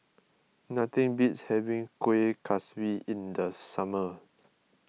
nothing beats having Kueh Kaswi in the summer